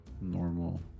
normal